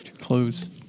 close